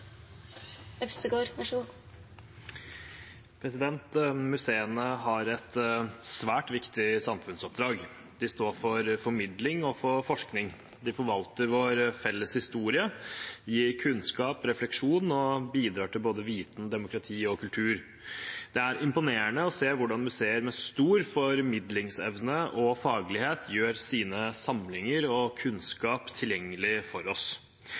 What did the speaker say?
Museene har et svært viktig samfunnsoppdrag. De står for formidling og forskning. De forvalter vår felles historie, gir kunnskap og refleksjon og bidrar til både viten, demokrati og kultur. Det er imponerende å se hvordan museer med stor formidlingsevne og faglighet gjør sine samlinger og sin kunnskap tilgjengelig for oss.